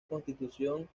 constitución